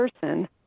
person